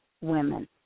women